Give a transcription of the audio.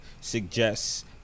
suggests